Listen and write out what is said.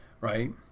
right